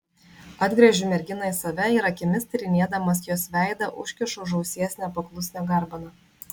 atgręžiu merginą į save ir akimis tyrinėdamas jos veidą užkišu už ausies nepaklusnią garbaną